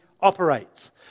operates